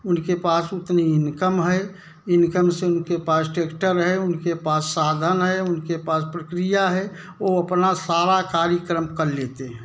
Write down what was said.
उनके पास उतनी इनकम है इनकम से उनके पास टेक्टर हैं उनके पास साधन है उनके पास प्रक्रिया है वह अपना सारा कार्यक्रम कर लेते हैं